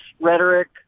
rhetoric